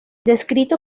descrito